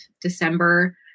December